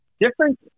Different